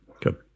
Good